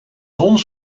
zon